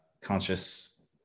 conscious